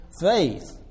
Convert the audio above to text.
faith